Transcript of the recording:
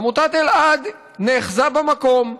עמותת אלעד נאחזה במקום.